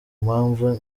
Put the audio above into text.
mpamvu